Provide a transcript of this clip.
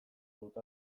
dut